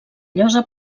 llosa